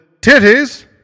titties